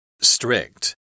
Strict